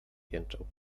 jęczał